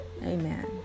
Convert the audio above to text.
Amen